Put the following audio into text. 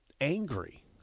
angry